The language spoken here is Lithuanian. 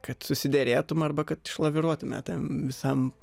kad susiderėtum arba kad išlaviruotume ten visam